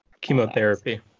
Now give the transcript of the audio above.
chemotherapy